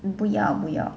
um 不要不要